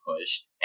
pushed